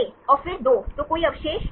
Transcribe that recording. ए और फिर 2 तो कोई अवशेष